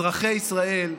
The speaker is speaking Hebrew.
אזרחי ישראל,